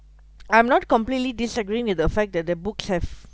I'm not completely disagreeing with the fact that the books have